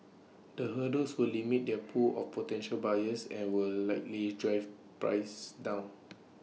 the hurdles will limit their pool of potential buyers and will likely drive prices down